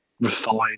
refined